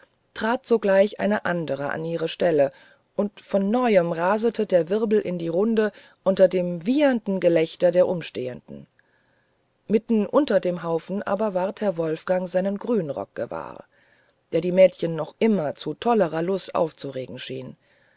trat sogleich eine andere an ihre stelle und von neuem rasete der wirbel in die runde unter dem wiehernden gelächter der umstehenden mitten unter dem haufen aber ward herr wolfgang seinen grünrock gewahr der die mädchen noch immer zu tollerer lust aufzuregen schien